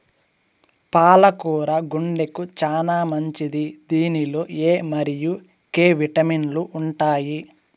పాల కూర గుండెకు చానా మంచిది దీనిలో ఎ మరియు కే విటమిన్లు ఉంటాయి